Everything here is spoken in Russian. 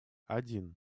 один